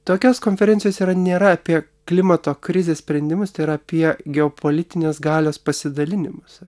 tokios konferencijos ir yra nėra apie klimato krizės sprendimus tai yra apie geopolitinės galios pasidalinimuose